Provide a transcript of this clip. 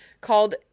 called